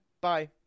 bye